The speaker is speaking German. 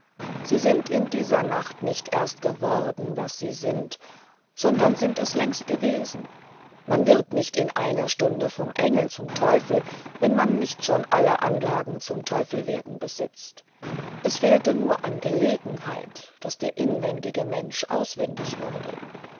sie sind in dieser nacht nicht erst geworden was sie sind sondern sie sind es längst gewesen man wird nicht in einer stunde vom engel zum teufel wenn man nicht schon alle anlagen zum teufelwerden besitzt es fehlte nur an gelegenheit daß der inwendige mensch auswendig wurde